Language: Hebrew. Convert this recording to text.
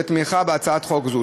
על תמיכה בהצעת חוק זו.